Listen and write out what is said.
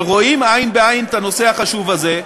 אבל רואים עין בעין את הנושא החשוב הזה,